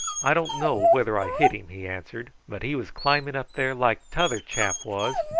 i don't know whether i hit him, he answered but he was climbing up there like t'other chap was,